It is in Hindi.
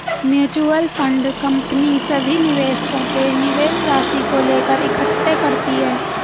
म्यूचुअल फंड कंपनी सभी निवेशकों के निवेश राशि को लेकर इकट्ठे करती है